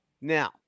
Now